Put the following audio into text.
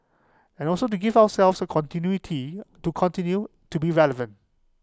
and also to give ourselves A continuity to continue to be relevant